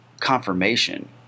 confirmation